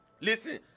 Listen